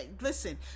listen